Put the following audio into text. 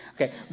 Okay